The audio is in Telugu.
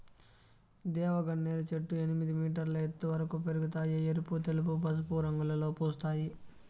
దేవగన్నేరు చెట్లు ఎనిమిది మీటర్ల ఎత్తు వరకు పెరగుతాయి, ఎరుపు, తెలుపు, పసుపు రంగులలో పూస్తాయి